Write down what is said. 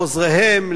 ולא עוזריהם,